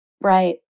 Right